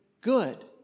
good